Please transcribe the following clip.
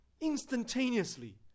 instantaneously